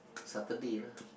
Saturday lah